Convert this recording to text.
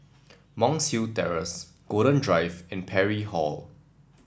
Monk's Hill Terrace Golden Drive and Parry Hall